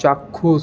চাক্ষুষ